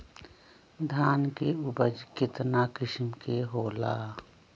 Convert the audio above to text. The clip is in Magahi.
धान के उपज केतना किस्म के होला?